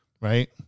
right